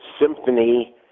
Symphony